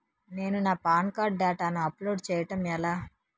నేను నా PAN card డేటాను అప్లోడ్ చేయడం ఎలా?